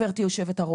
נראית.